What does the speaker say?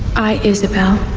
i, isabelle.